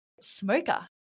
smoker